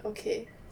okay